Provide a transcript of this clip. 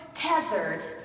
Tethered